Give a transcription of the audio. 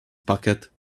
pocket